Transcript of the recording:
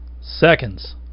Seconds